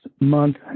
month